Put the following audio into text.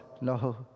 No